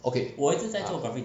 okay ah